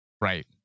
right